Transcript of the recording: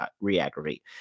re-aggravate